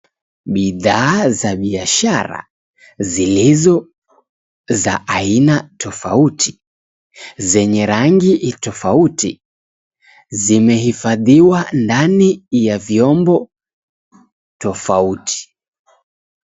Bidhaa za biashara, zilizo za aina tofauti, zenye rangi tofauti, zimehifadhiwa ndani ya vyombo tofauti.